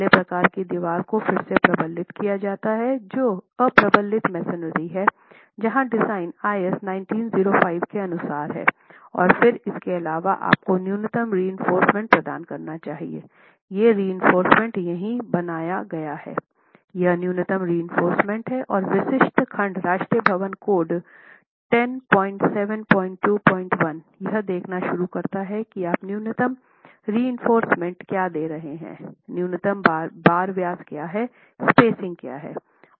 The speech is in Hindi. पहले प्रकार की दीवार को फिर से प्रबलित किया जाता है जो अप्रबलित मैसनरी है जहाँ डिजाइन IS 1905 के अनुसार है और फिर इसके अलावा आपको न्यूनतम रएंफोर्रसमेंट प्रदान करना चाहिए यह रएंफोर्रसमेंट नहीं बनाया गया है यह न्यूनतम रएंफोर्रसमेंट हैं और विशिष्ट खंड राष्ट्रीय भवन कोड 10721 यह देखना शुरू करता है कि आप न्यूनतम रएंफोर्रसमेंट क्या दे रहे हैं न्यूनतम बार व्यास क्या है स्पेसिंग क्या है